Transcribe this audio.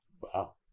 wow